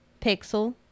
Pixel